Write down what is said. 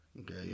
Okay